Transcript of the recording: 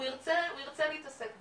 הוא ירצה להתעסק בזה.